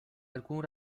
alcun